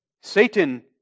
Satan